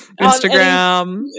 Instagram